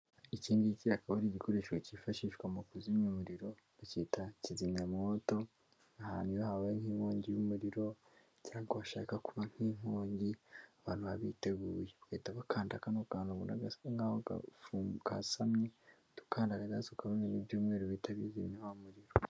Iki ngiki akaba ari igikoresho cyifashishwa mu kuzimya umuriro bakiyita kizimyamwoto, ahantu habaye nk'inkongi y'umuriro cyangwa hashaka kuba nk'inkongi abantu babiteguye bagahita bakanda kano kantu ubona gasa nk'aho kasamye ugahita ubona ibintu by'umweru bihita bizimya wa muririro.